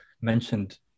mentioned